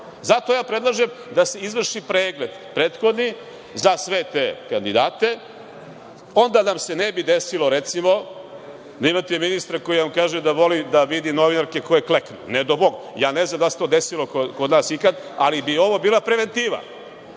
ja predlažem da se izvrši pregled prethodni za sve te kandidate, onda nam se ne bi desilo recimo ad imate ministra koji vam kaže da voli da vidi novinarke koje kleknu, ne dao Bog, ja ne znam da li se to desilo kod nas ikad, ali bi ovo bila preventiva. Ili,